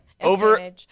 Over